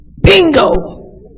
Bingo